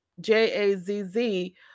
j-a-z-z